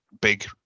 big